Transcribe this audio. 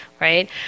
right